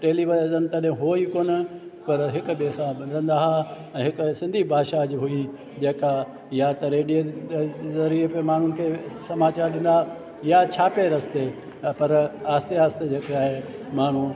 television तॾहिं हुओ ई कोन पर हिक ॿिए सां मिलंदा हुआ ऐं हिकु सिंधी भाषा जो हुई जेका या त रेडियो जे ज़रिये ते माण्हुनि खे समाचार ॾिना या छापे रस्ते ते पर आस्ते आस्ते जेके आहे माण्हू